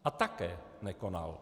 A také nekonal.